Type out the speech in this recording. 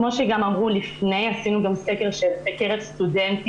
כמו שגם אמרו לפני עשינו גם סקר בקרב סטודנטיות,